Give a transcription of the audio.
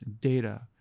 data